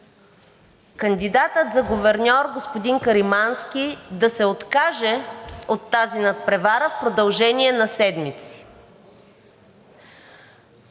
кандидата за гуверньор господин Каримански да се откаже от тази надпревара в продължение на седмици.